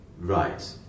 Right